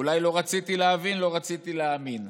אולי לא רציתי להבין, לא רציתי להאמין,